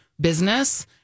business